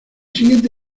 siguiente